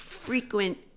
Frequent